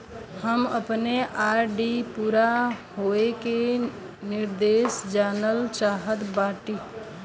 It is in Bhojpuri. हम अपने आर.डी पूरा होवे के निर्देश जानल चाहत बाटी